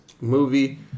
movie